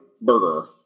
burger